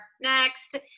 next